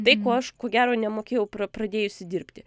tai ko aš ko gero nemokėjau pra pradėjusi dirbti